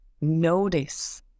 notice